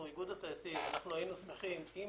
לפחות אנחנו, איגוד הטייסים, היינו שמחים אם